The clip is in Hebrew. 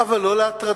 אבל לא להטרדה.